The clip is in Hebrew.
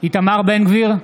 איתמר בן גביר,